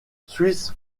swiss